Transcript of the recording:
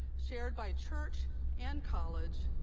shared by church and college,